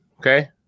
okay